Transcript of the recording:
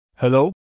Hello